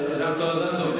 ד"ר אדטו,